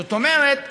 זאת אומרת,